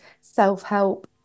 self-help